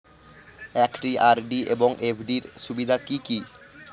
একটি আর.ডি এবং এফ.ডি এর সুবিধা কি কি?